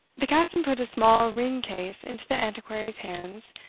the captain put a small ring-case into the antiquary's hands,